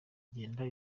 igenda